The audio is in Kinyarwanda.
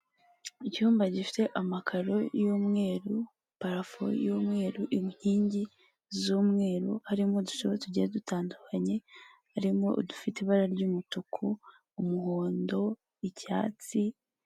Icyumba gifite amakaro y'umweru, parafo y'umweru, inkingi z'umweru harimo uduce tugiye dutandukanye, harimo udufite ibara ry'umutuku, umuhondo, icyatsi.